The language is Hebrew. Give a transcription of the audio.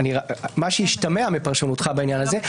מה שהשתמע מפרשנותך בעניין הזה.